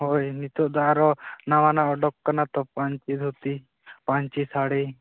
ᱦᱳᱭ ᱱᱤᱛᱳᱜ ᱫᱚ ᱟᱨᱚ ᱱᱟᱣᱟ ᱱᱟᱜ ᱩᱰᱩᱠ ᱟᱠᱟᱱᱟ ᱛᱚ ᱯᱟᱹᱧᱪᱤ ᱫᱷᱩᱛᱤ ᱯᱟᱹᱧᱪᱤ ᱥᱟᱹᱲᱤ